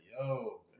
yo